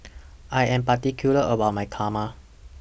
I Am particular about My Kurma